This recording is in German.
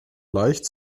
leicht